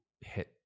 hit